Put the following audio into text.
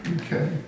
Okay